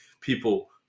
people